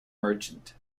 merchant